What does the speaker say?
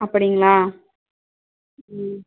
அப்படிங்களா ம்